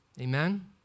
Amen